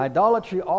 Idolatry